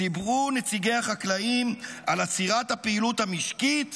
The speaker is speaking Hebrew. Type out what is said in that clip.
סיפרו נציגי החקלאים על העצירה הכפויה של הפעילות המשקית